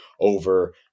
over